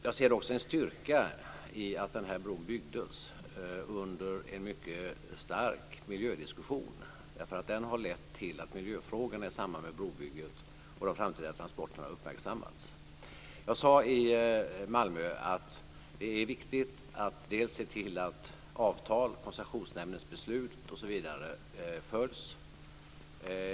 Jag ser också en styrka i att den här bron har byggts under en mycket stark miljödiskussion, därför att det har lett till att miljöfrågorna i samband med brobrygget och de framtida transporterna har uppmärksammats. Jag sade i Malmö att det är viktigt att se till att avtal följs, Koncessionsnämndens beslut osv.